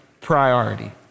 priority